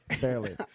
Barely